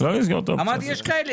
אמרתי יש כאלה,